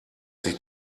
sich